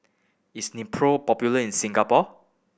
is Nepro popular in Singapore